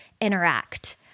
interact